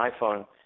iPhone